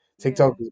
tiktok